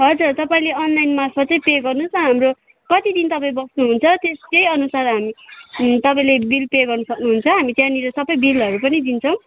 हजुर तपाईँले अनलाइन मार्फत नै पे गर्नुहोस् न हाम्रो कति दिन तपाईँ बस्नुहुन्छ त्यही अनुसार हामी तपाईँले बिल पे गर्नु सक्नुहुन्छ हामी त्यहाँनिर सबै बिलहरू पनि दिन्छौँ